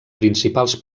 principals